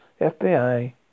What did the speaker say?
FBI